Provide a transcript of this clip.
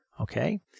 okay